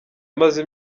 amaze